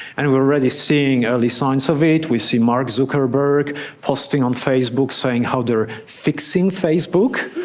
and we are already seeing early signs of it. we see mark zuckerberg posting on facebook saying how they are fixing facebook.